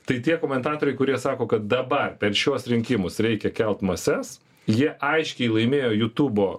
tai tie komentatoriai kurie sako kad dabar per šiuos rinkimus reikia kelt mases jie aiškiai laimėjo jutūbo